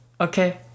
Okay